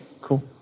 cool